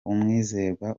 umwizerwa